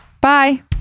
bye